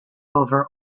over